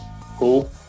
Cool